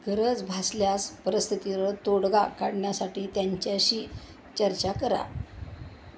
गरज भासल्यास परिस्थितीवर तोडगा काढण्यासाठी त्यांच्याशी चर्चा करा